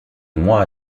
moi